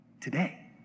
today